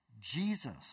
Jesus